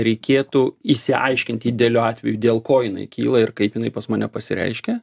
reikėtų išsiaiškinti idealiu atveju dėl ko jinai kyla ir kaip jinai pas mane pasireiškia